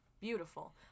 Beautiful